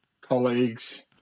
colleagues